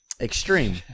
Extreme